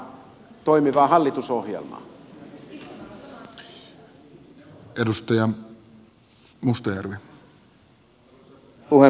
arvoisa puhemies